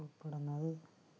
ഉൾപ്പെടുന്നത്